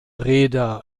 reeder